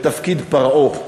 בתפקיד פרעה.